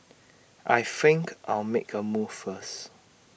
I think I'll make A move first